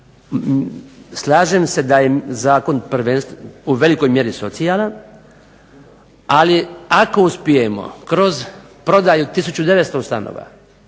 slažem se da je zakon u velikoj mjeri socijalan, ali ako uspijemo kroz prodaju 1900 stanova